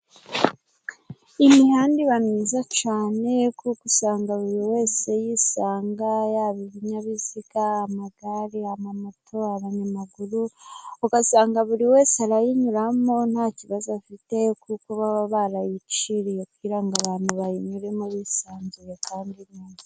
Imihanda iba myiza cyane kuko usanga buri wese yisanga, yaba ibinyabiziga, amagare, ama moto, abanyamaguru, ugasanga buri wese arayinyuramo nta kibazo afite, kuko baba barayiciriye kugira ngo abantu bayinyuremo bisanzuye kandi neza.